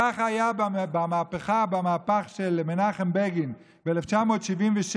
כך היה במהפך של מנחם בגין ב-1977: